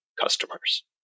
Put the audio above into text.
customers